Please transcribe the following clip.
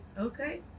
okay